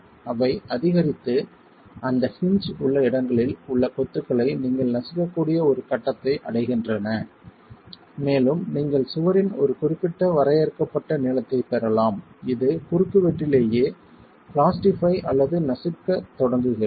அவை அதிகரித்து அந்த ஹின்ஜ் உள்ள இடங்களில் உள்ள கொத்துகளை நீங்கள் நசுக்கக்கூடிய ஒரு கட்டத்தை அடைகின்றன மேலும் நீங்கள் சுவரின் ஒரு குறிப்பிட்ட வரையறுக்கப்பட்ட நீளத்தைப் பெறலாம் இது குறுக்குவெட்டிலேயே பிளாஸ்டிஃபை அல்லது நசுக்கத் தொடங்குகிறது